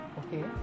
okay